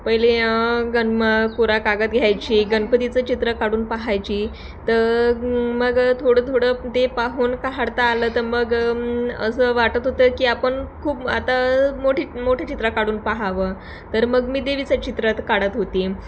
पहिले गनमा कोरा कागद घ्यायची गणपतीचं चित्र काढून पाहायची तरं मग थोडं थोडं ते पाहून काढता आलं तर मग असं वाटत होतं की आपण खूप आता मोठी मोठं चित्र काढून पहावं तर मग मी देवीचं चित्र काढत होती